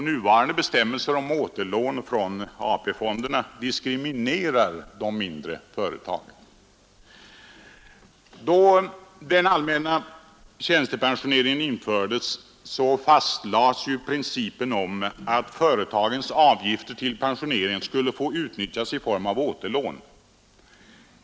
Nuvarande bestämmelser om återlån från AP-fonderna diskriminerar de mindre företagen. Då allmänna tjänstepensioneringen infördes fastlades också principen om att företagens avgifter till pensioneringen skulle få utnyttjas i form av återlån.